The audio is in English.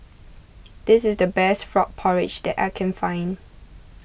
this is the best Frog Porridge that I can find